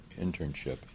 Internship